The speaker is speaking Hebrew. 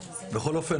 באוקטובר.